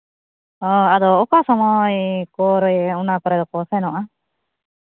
ᱦᱮᱸ ᱟᱫᱚ ᱚᱠᱟ ᱥᱚᱢᱚᱭ ᱠᱚᱨᱮ ᱚᱱᱟ ᱠᱚᱨᱮ ᱫᱚᱠᱚ ᱥᱮᱱᱚᱜᱼᱟ